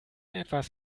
etwas